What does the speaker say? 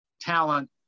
talent